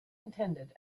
intended